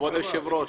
כבוד היושב-ראש,